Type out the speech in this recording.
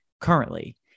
currently